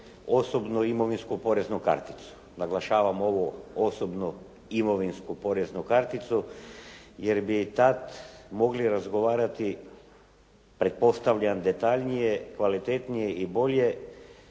osobnu imovinsku poreznu karticu. Naglašavam ovo, osobnu imovinsku poreznu karticu, jer bi tad mogli razgovarati pretpostavljam detaljnije, kvalitetnije i bolje